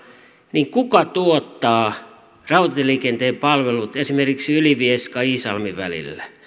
niin kuka tuottaa rautatieliikenteen palvelut esimerkiksi väleillä ylivieska iisalmi